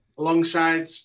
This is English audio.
Alongside